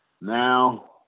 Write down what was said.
Now